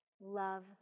love